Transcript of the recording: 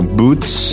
boots